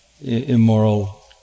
immoral